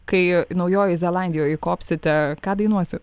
kai naujojoj zelandijoj įkopsite ką dainuosi